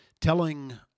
telling